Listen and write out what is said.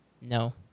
No